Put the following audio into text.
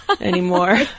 anymore